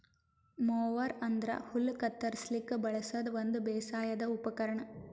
mower ಅಂದ್ರ ಹುಲ್ಲ್ ಕತ್ತರಸ್ಲಿಕ್ ಬಳಸದ್ ಒಂದ್ ಬೇಸಾಯದ್ ಉಪಕರ್ಣ್